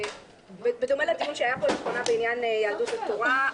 בדומה לדיון שהיה פה לאחרונה בעניין יהדות התורה,